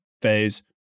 phase